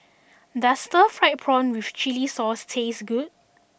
does Stir Fried Prawn With Chili Sauce taste good